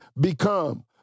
become